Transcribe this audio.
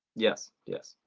yes, yes.